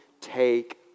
take